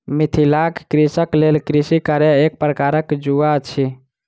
मिथिलाक कृषकक लेल कृषि कार्य एक प्रकारक जुआ अछि